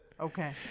Okay